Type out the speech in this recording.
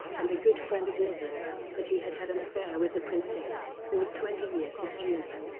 and a good friend of niven's, that he had had an affair with the princess, who was twenty years his junior.